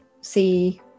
see